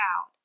out